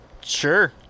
Sure